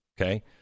Okay